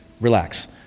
Relax